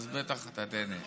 אז בטח אתה תיהנה.